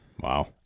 Wow